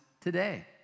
today